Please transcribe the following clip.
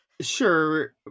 Sure